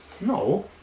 No